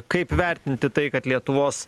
kaip vertinti tai kad lietuvos